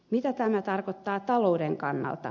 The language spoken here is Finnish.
mitä tämä tarkoittaa talouden kannalta